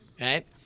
right